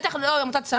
בטח לעמותת צלול.